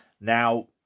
Now